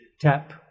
tap